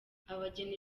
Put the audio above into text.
abageni